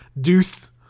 Deuce